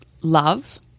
love